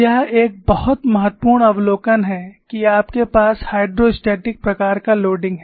यह एक बहुत महत्वपूर्ण अवलोकन है कि आपके पास हाइड्रोस्टैटिक प्रकार का भार है